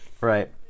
Right